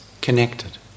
connected